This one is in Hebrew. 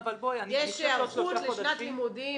יש היערכות לשנת לימודים.